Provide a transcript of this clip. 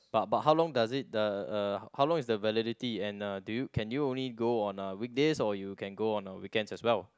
but but how long does it uh how long is the validity and uh do you can you only go on weekdays or you can go on weekend as well